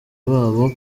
babo